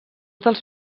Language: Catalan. dels